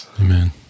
Amen